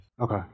Okay